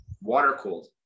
Water-cooled